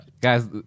Guys